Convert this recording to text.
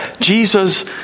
Jesus